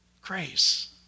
grace